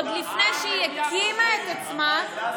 עוד לפני שהיא הקימה את עצמה,